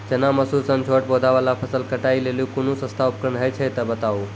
चना, मसूर सन छोट पौधा वाला फसल कटाई के लेल कूनू सस्ता उपकरण हे छै तऽ बताऊ?